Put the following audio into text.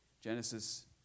Genesis